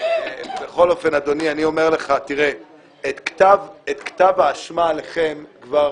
בכל אופן, אדוני, את כתב האשמה לכם כבר